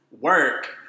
Work